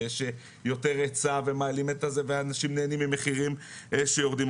יש יותר היצע ואנשים נהנים ממחירים שיורדים,